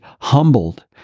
humbled